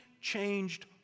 changed